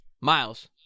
Miles